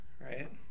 right